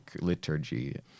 liturgy